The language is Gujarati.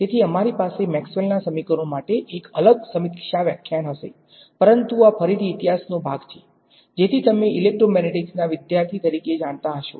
તેથી અમારી પાસે મેક્સવેલના સમીકરણો માટે એક અલગ સમીક્ષા વ્યાખ્યાન હશે પરંતુ આ ફરીથી ઇતિહાસનો ભાગ છે જેથી તમે ઇલેક્ટ્રોમેગ્નેટિક્સના વિદ્યાર્થી તરીકે જાણતા હશો